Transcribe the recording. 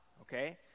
Okay